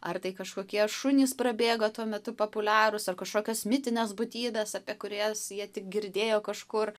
ar tai kažkokie šunys prabėgo tuo metu populiarūs ar kažkokios mitinės būtybės apie kurias jie tik girdėjo kažkur